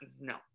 no